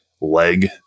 leg